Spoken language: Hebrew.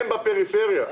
הם בפריפריה.